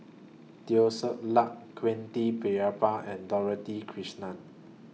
Teo Ser Luck Quentin Pereira and Dorothy Krishnan